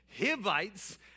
Hivites